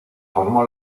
formó